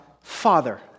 Father